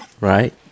Right